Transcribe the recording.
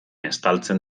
estaltzen